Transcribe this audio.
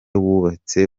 wubatse